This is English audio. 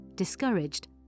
Discouraged